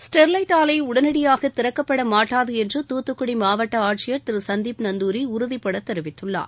Sterlite ஆலையை உடனடியாக திறக்கப்பட மாட்டாது என்று தூத்துக்குடி மாவட்ட ஆட்சியர் திரு சந்தீப் நந்துாரி உறுதிபடத் தெரிவித்துள்ளார்